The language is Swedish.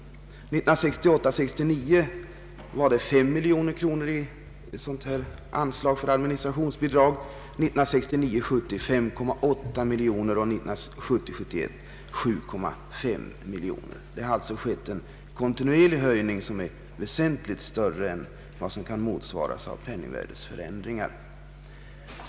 Budgetåret 1968 70 var anslaget 5,8 miljoner kronor, och för 1970/71 föreslås summan höjd till 7,5 miljoner kronor. Det har således skett en kontinuerlig höjning, väsentligt större än den som motsvaras av penningvärdets förändring.